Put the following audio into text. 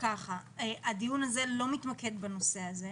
הדיון הזה לא מתמקד בנושא הזה.